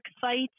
sites